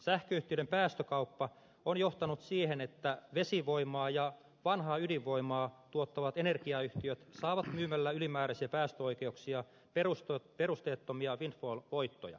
sähköyhtiöiden päästökauppa on johtanut siihen että vesivoimaa ja vanhaa ydinvoimaa tuottavat energiayhtiöt saavat myymällä ylimääräisiä päästöoikeuksia perusteettomia windfall voittoja